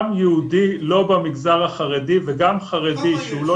גם יהודי לא במגזר החרדי וגם חרדי שהוא לא